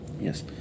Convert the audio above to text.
Yes